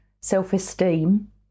self-esteem